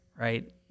right